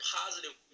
positive